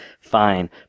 Fine